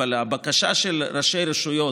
הבקשה של ראשי הרשויות,